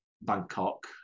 Bangkok